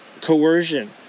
coercion